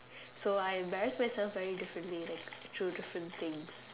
so I embarrass myself very differently through different things